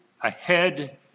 ahead